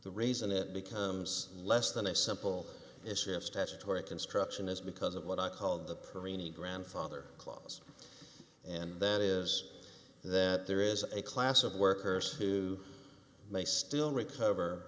the reason it becomes less than a simple issue of statutory construction is because of what i called the perine grandfather clause and that is that there is a class of workers who may still recover